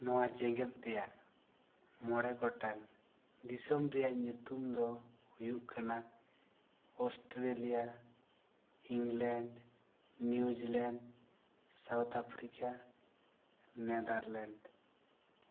ᱱᱚᱣᱟ ᱡᱮᱜᱮᱛ ᱨᱮᱭᱟᱜ ᱢᱚᱬᱮ ᱜᱚᱴᱟᱝ ᱫᱤᱥᱚᱢ ᱨᱮᱭᱟᱜ ᱧᱩᱛᱩᱢ ᱫᱚ ᱦᱩᱭᱩᱜ ᱠᱟᱱᱟ Australia England New Zealand South Africa Netherlands